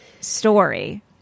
story